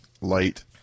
light